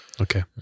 Okay